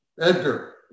Edgar